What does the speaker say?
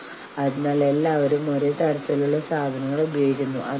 കൂട്ടായ അതായത് ആളുകൾ ഒത്തുചേരുന്ന് വിലപേശുന്നു